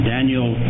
Daniel